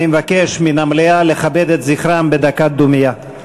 אני מבקש מהמליאה לכבד את זכרם בדקה דומייה.